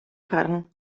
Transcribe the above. гаран